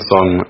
Song